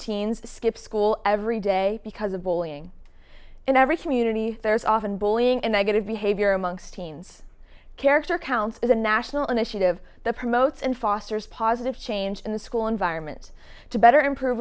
teens skip school every day because of bullying in every community there is often bullying and negative behavior among scenes character counts as a national initiative that promotes and fosters positive change in the school environment to better improve